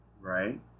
right